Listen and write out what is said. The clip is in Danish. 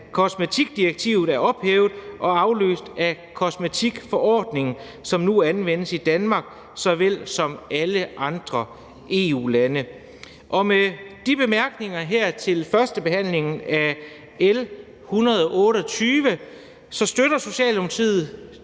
kosmetikdirektivet er ophævet og afløst af kosmetikforordningen, som nu anvendes i Danmark såvel som i alle andre EU-lande. Med de bemærkninger her til førstebehandlingen af L 128 støtter Socialdemokratiet